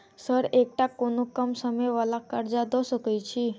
Sir एकटा कोनो कम समय वला कर्जा दऽ सकै छी?